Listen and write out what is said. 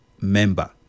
member